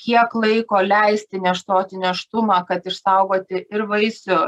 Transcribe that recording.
kiek laiko leisti neštoti nėštumą kad išsaugoti ir vaisių